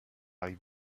rive